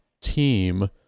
team